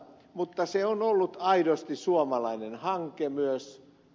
mutta se on ollut aidosti suomalainen hanke myös